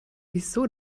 wieso